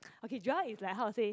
okay Joel is like how to say